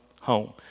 home